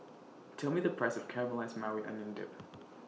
Tell Me The Price of Caramelized Maui Onion Dip